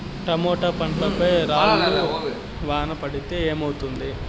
Tomato పంట పై రాళ్లు వాన పడితే ఏమవుతుంది?